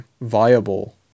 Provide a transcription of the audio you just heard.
viable